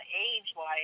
age-wise